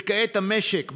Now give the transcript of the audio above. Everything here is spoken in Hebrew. וכעת המשק,